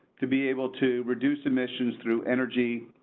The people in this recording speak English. to be able to reduce emissions through energy,